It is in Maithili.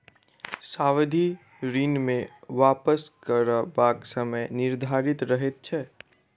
सावधि ऋण मे वापस करबाक समय निर्धारित रहैत छै